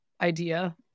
idea